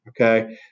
okay